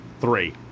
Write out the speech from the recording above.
three